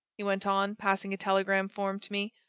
he went on, passing a telegram form to me.